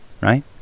right